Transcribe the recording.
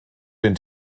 den